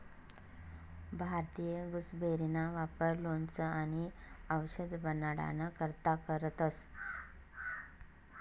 भारतीय गुसबेरीना वापर लोणचं आणि आवषद बनाडाना करता करतंस